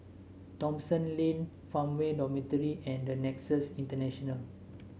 Thomson Lane Farmway Dormitory and Nexus International